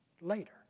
later